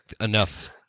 enough